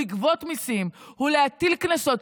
הוא לגבות מיסים, הוא להטיל קנסות.